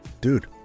dude